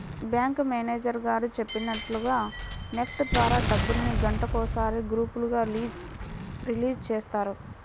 bank manager గారు చెప్పినట్లుగా NEFT ద్వారా డబ్బుల్ని గంటకొకసారి గ్రూపులుగా రిలీజ్ చేస్తారు